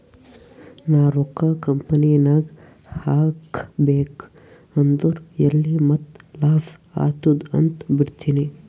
ನಾ ರೊಕ್ಕಾ ಕಂಪನಿನಾಗ್ ಹಾಕಬೇಕ್ ಅಂದುರ್ ಎಲ್ಲಿ ಮತ್ತ್ ಲಾಸ್ ಆತ್ತುದ್ ಅಂತ್ ಬಿಡ್ತೀನಿ